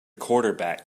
quarterback